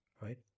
Right